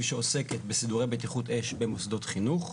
שעוסקת בסידורי בטיחות אש במוסדות חינוך.